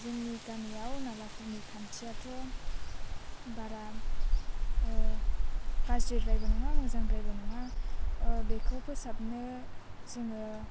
जोंनि गामियाव नालाफोरनि खान्थिायाथ' बारा गाज्रिद्रायबो नङा मोेजांद्रायबो नङा बेखौ फोसाबनो जोङो